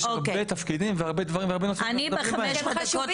יש הרבה תפקידים והרבה דברים והרבה נושאים שאנחנו מטפלים בהם,